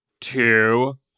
two